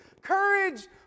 courage